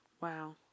Wow